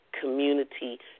community